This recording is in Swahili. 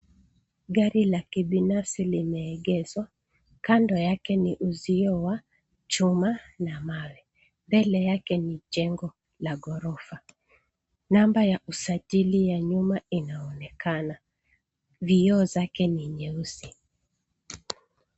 Gari la kibinafsi limeegeshwa. Kando yake ni uzio wa chuma na mawe. Mbele yake ni jengo la ghorofa. Namba ya usajili ya nyuma inaonekana. Vioo zake ni nyeusi.